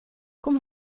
como